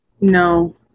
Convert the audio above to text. no